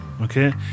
Okay